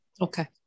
Okay